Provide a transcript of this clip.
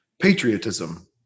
Patriotism